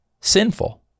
sinful